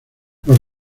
los